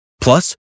Plus